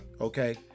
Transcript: Okay